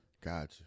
Gotcha